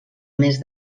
més